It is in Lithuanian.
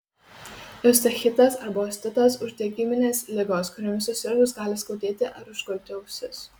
eustachitas arba ostitas uždegiminės ligos kuriomis susirgus gali skaudėti ar užgulti ausis